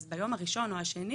אז ביום הראשון או השני,